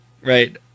Right